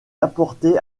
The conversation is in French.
apportées